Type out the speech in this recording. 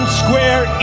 square